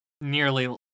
nearly